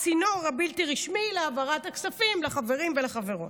הצינור הבלתי-רשמי להעברת הכספים לחברים ולחברות.